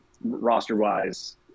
roster-wise